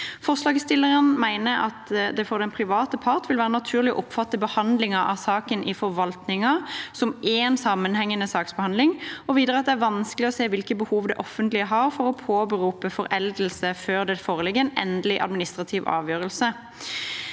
Forslagsstillerne mener at det for den private part vil være naturlig å oppfatte behandlingen av saken i forvaltningen som én sammenhengende saksbehandling, og videre at det er vanskelig å se hvilke behov det offentlige har for å påberope foreldelse før det foreligger en endelig administrativ avgjørelse.